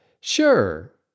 Sure